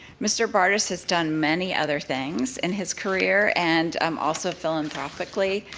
mr. bardis has done many other things in his career and um also philanthropically,